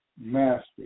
Master